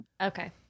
Okay